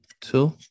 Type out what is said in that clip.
two